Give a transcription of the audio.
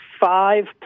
five